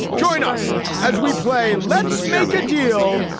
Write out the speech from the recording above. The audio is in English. join us as we play. let's make a deal.